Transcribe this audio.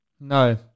No